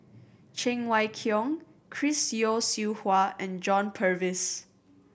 Cheng Wai Keung Chris Yeo Siew Hua and John Purvis